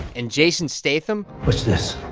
and jason statham. watch this.